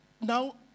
now